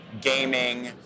gaming